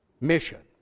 mission